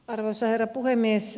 arvoisa herra puhemies